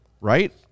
right